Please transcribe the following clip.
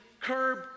curb